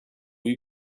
you